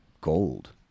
gold